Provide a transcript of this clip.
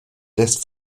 des